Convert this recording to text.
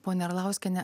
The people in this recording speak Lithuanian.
pone arlauskiene